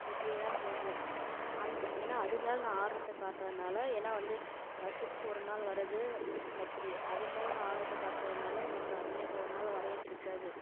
இப்படியே தான் போகும் அந்த ஏன்னா அது மேல நான் ஆர்வத்தை காட்டுறதுனால ஏன்னா வந்து வருஷத்துக்கு ஒரு நாள் வரது பர்த்துரே அது மேல நான் ஆர்வத்தை காட்டுறதுனால எனக்கு அன்னைக்கு ஒரு நாள் வரைய பிடிக்காது